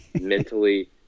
mentally